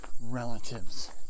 relatives